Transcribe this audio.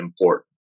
important